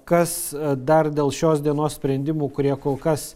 kas dar dėl šios dienos sprendimų kurie kol kas